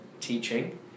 teaching